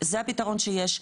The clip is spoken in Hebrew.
זה הפתרון שיש,